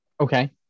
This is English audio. Okay